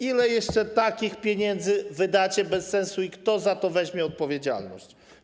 Ile jeszcze takich pieniędzy wydacie bez sensu i kto za to weźmie odpowiedzialność?